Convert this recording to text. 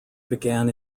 began